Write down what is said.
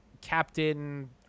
Captain